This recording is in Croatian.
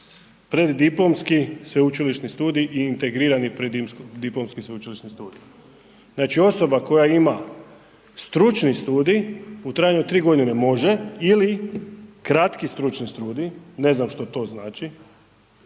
preddiplomski sveučilišni studij i integrirani preddiplomski sveučilišni studij. Znači osoba koja ima stručni studij u trajanju od tri godine može ili kratki stručni studij, ne znam što to znači,